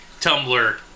Tumblr